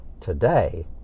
today